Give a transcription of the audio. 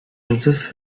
princes